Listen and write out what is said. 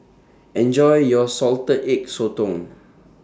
Enjoy your Salted Egg Sotong